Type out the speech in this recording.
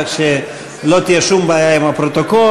כך שלא תהיה שום בעיה עם הפרוטוקול.